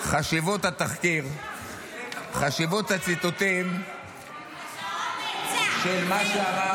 חשיבות התחקיר, חשיבות הציטוטים של מה שאמר